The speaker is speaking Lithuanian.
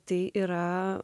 tai yra